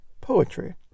poetry